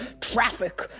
traffic